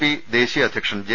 P ദേശീയ അധ്യക്ഷൻ J